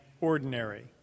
ordinary